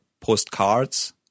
Postcards